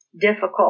difficult